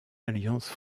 alliances